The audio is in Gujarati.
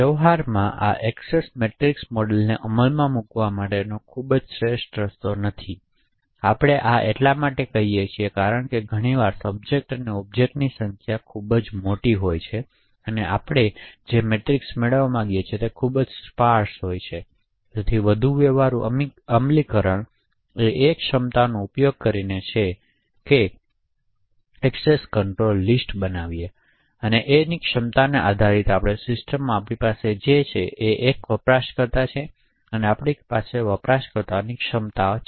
વ્યવહારમાં આ એક્સેસ મેટ્રિક્સ મોડેલને અમલમાં મૂકવાનો ખૂબ જ શ્રેષ્ઠ રસ્તો નથી આ એટલા માટે છે કારણ કે ઘણીવાર સબ્જેક્ટ અને ઑબ્જેક્ટ્સની સંખ્યા ખૂબ મોટી હોય છે અને આપણે જે મેટ્રિક્સ મેળવીએ છીએ તે ખૂબ જ સ્પાર્સે હોય છે અને તેથી વધુ વ્યવહારુ અમલીકરણ એ ક્ષમતાઓનો ઉપયોગ કરીને છે અથવા એક્સેસ કંટ્રોલ લિસ્ટ ક્ષમતા આધારિત સિસ્ટમમાં જે આપણી પાસે છે તે છે કે એક વપરાશકર્તા છે અને આપણી પાસે વપરાશકર્તાઓની ક્ષમતાઓ છે